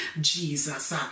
Jesus